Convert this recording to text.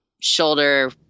shoulder